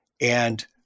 And-